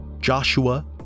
Joshua